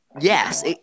Yes